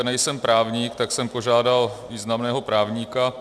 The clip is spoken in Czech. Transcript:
Nejsem právník, tak jsem požádal významného právníka.